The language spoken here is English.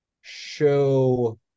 show